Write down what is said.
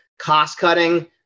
Cost-cutting